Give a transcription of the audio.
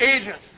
agents